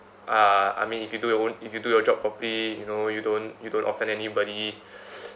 uh I mean if you do your own if you do your job properly you know you don't you don't offend anybody